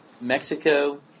Mexico